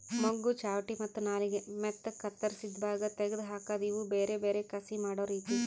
ಮೊಗ್ಗು, ಚಾವಟಿ ಮತ್ತ ನಾಲಿಗೆ ಮತ್ತ ಕತ್ತುರಸಿದ್ ಭಾಗ ತೆಗೆದ್ ಹಾಕದ್ ಇವು ಬೇರೆ ಬೇರೆ ಕಸಿ ಮಾಡೋ ರೀತಿ